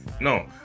no